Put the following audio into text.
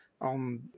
on